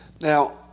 Now